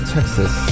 Texas